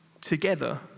together